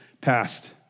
past